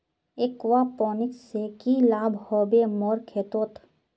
aquaponics से की लाभ ह बे मोर खेतोंत